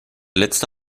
letzte